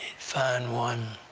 find one